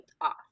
off